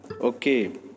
Okay